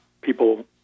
people